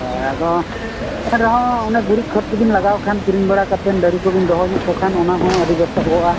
ᱦᱳᱭ ᱟᱫᱚ ᱮᱱ ᱨᱮᱦᱚᱸ ᱚᱱᱟ ᱜᱩᱨᱤᱡ ᱠᱷᱚᱫᱽ ᱠᱚᱵᱤ ᱞᱟᱜᱟᱣ ᱠᱷᱟᱱ ᱠᱤᱨᱤᱧ ᱵᱟᱲᱟ ᱠᱟᱛᱮᱫ ᱰᱟ ᱨᱤ ᱠᱚᱵᱤᱱ ᱫᱚᱦᱚ ᱧᱚᱜ ᱠᱚ ᱠᱷᱟᱱ ᱚᱱᱟ ᱦᱚᱸ ᱟᱹᱰᱤ ᱵᱮᱥᱚᱜᱼᱟ